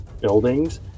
buildings